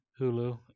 Hulu